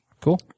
cool